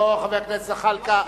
לא, חבר הכנסת זחאלקה.